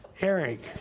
Eric